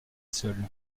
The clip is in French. seul